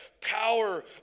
power